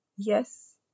Yes